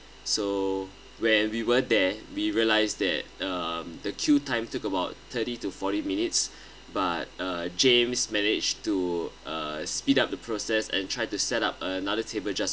so when we were there we realize that uh the queue time took about thirty to forty minutes but uh james managed to uh speed up the process and tried to set up another table just